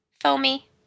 Foamy